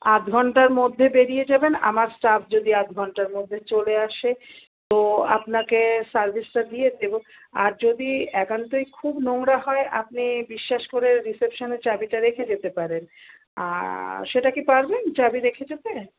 আধ ঘণ্টার মধ্যে বেরিয়ে যাবেন আমার স্টাফ যদি আধ ঘণ্টার মধ্যে চলে আসে তো আপনাকে সার্ভিসটা দিয়ে দেবো আর যদি একান্তই খুব নোংরা হয় আপনি বিশ্বাস করে রিসেপশানে চাবিটা রেখে যেতে পারেন সেটা কি পারবেন চাবি রেখে যেতে